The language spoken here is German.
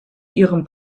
ihren